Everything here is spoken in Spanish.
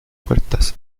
puertas